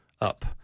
up